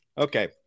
Okay